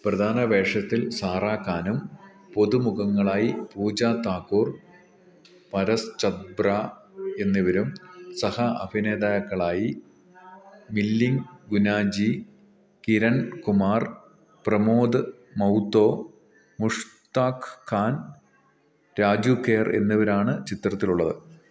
പ്രധാന വേഷത്തിൽ സാറാ ഖാനും പുതുമുഖങ്ങളായി പൂജ താക്കൂർ പരസ് ഛബ്ര എന്നിവരും സഹ അഭിനേതാക്കളായി മില്ലിന്ദ് ഗുനാജി കിരൺ കുമാർ പ്രമോദ് മൗത്തോ മുഷ്താഖ് ഖാൻ രാജു ഖേർ എന്നിവരാണ് ചിത്രത്തിലുള്ളത്